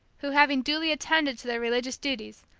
having duly attended to their religious duties,